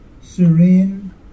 serene